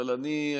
אבל אני,